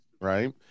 Right